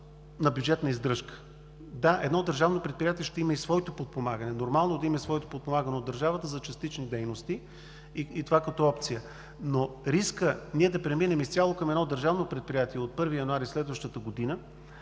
на бюджетна издръжка. Да, едно държавно предприятие ще има и своето подпомагане. Нормално е да има своето подпомагане, но държавата – за частични дейности, като опция. Рискът да преминем изцяло към едно държавно предприятие от 1 януари следващата година,